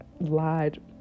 lied